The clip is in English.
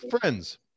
friends